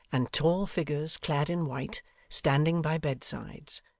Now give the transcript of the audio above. and tall figures clad in white standing by bed-sides,